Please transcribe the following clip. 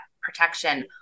protection